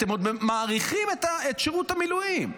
אתם עוד מאריכים את שירות המילואים.